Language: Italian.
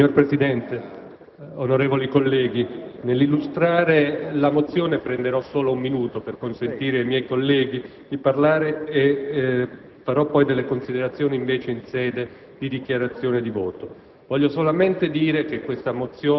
Signor Presidente, onorevoli colleghi, nell'illustrare la mozione prenderò solo un minuto per consentire ai miei colleghi di intervenire; farò poi delle considerazioni in sede di dichiarazione di voto.